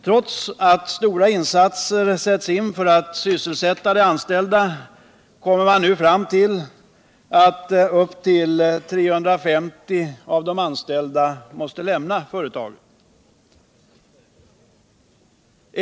Trots att stora insatser görs för att sysselsätta de anställda kommer man fram till att uppemot 350 av dem måste lämna företaget.